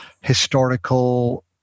historical